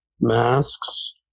masks